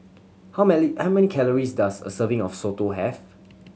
how many how many calories does a serving of soto have